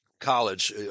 college